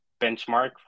benchmark